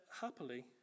happily